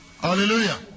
Hallelujah